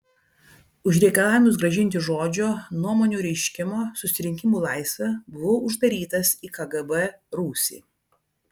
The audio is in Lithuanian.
o už reikalavimus grąžinti žodžio nuomonių reiškimo susirinkimų laisvę buvau uždarytas į kgb rūsį